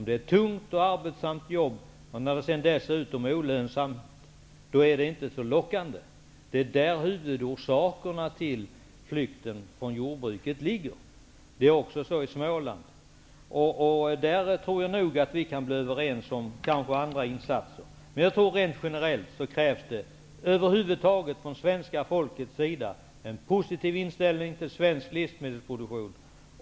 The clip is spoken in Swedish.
Det är ett tungt och arbetsamt jobb. Är det dessutom olönsamt, är det inte så lockande. Det är där huvudorsaken till flykten från jordbruket ligger. Det är så även i Småland, och där tror jag att vi kan bli överens om andra insatser också. Jag tror dock att det generellt från svenska folkets sida krävs en positiv inställning till svensk livsmedelsproduktion.